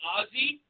Ozzy